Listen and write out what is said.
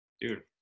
Dude